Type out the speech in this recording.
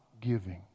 giving